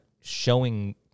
showing